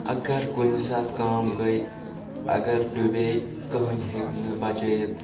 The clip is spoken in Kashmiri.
اگر کُنہِ ساتہٕ کأم گٔے اگر ڈُبیٚیہِ کہٕنۍ ہیٚکہِ نہٕ بچأوِتھ